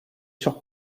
sur